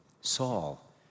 Saul